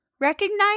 Recognize